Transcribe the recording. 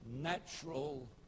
natural